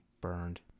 burned